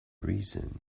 reason